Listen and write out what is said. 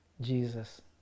Jesus